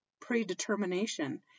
predetermination